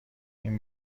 این